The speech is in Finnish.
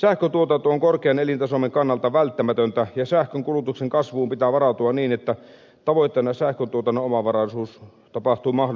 sähköntuotanto on korkean elintasomme kannalta välttämätöntä ja sähkönkulutuksen kasvuun pitää varautua niin että tavoitteena sähköntuotannon omavaraisuus toteutuu mahdollisimman pian